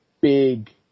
big